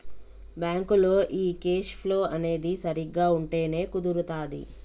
బ్యాంకులో ఈ cash flow అనేది సరిగ్గా ఉంటేనే కుదురుతాది